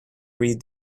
read